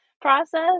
process